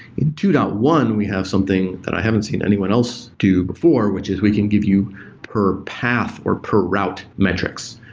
in two point one we have something that i haven't seen anyone else do before, which is we can give you per path or per route metrics.